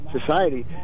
society